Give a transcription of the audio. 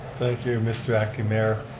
thank you mr. acting mayor.